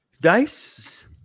Dice